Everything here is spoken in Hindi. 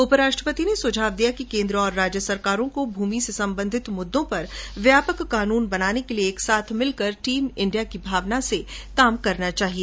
उपराष्ट्रपति ने सुझाव दिया कि केन्द्र और राज्य सरकारों को भूमि से संबंधित मुद्दों पर व्यापक कानून बनाने के लिए एकसाथ मिलकर टीम इंडिया की भावना से काम करना चाहिए